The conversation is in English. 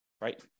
right